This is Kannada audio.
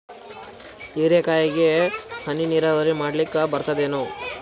ಹೀರೆಕಾಯಿಗೆ ಹನಿ ನೀರಾವರಿ ಮಾಡ್ಲಿಕ್ ಬರ್ತದ ಏನು?